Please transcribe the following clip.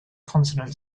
consonant